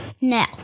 No